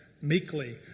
meekly